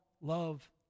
love